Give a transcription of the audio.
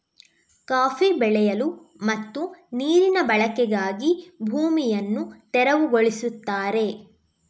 coffee ಬೆಳೆಯಲು ಮತ್ತು ನೀರಿನ ಬಳಕೆಗಾಗಿ ಭೂಮಿಯನ್ನು ತೆರವುಗೊಳಿಸುತ್ತಾರೆ